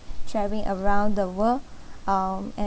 travelling around the world um and